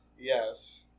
Yes